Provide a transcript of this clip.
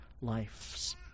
lives